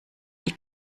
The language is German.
die